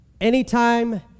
anytime